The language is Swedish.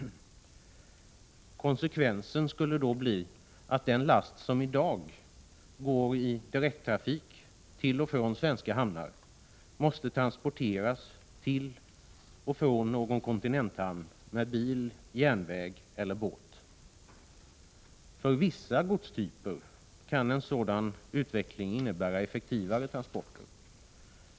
Konsekvensen skulle då bli att den last som i dag går i direkttrafik till och från svenska hamnar måste transporteras För vissa godstyper kan en sådan utveckling innebära effektivare transporter.